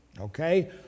Okay